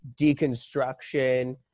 deconstruction